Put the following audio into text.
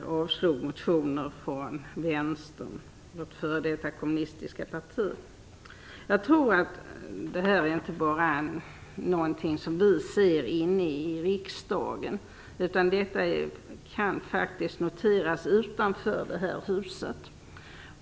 att avstyrka motioner från Vänsterpartiet - det f.d. kommunistiska partiet. Jag tror att detta inte är något som vi bara ser i riksdagen, utan detta är något som också kan noteras utanför det här huset.